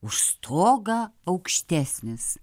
už stogą aukštesnis